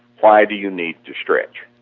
why do you need to stretch?